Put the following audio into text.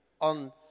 on